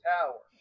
Tower